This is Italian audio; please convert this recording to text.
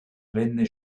venne